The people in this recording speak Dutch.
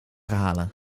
halen